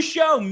Show